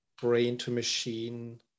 brain-to-machine